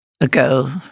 ago